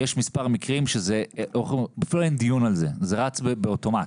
זה רץ אוטומט.